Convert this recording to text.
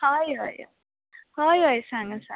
हय हयय सांगा सांगा